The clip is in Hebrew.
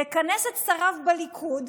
יכנס את שריו בליכוד,